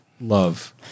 love